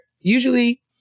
usually